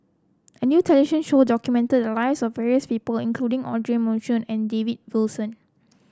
a new television show documented the lives of various people including Audra Morrice and David Wilson